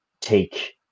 take